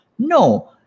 no